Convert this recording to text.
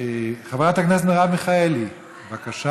חברת הכנסת מרב מיכאלי, בבקשה.